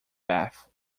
bath